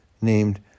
named